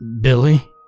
Billy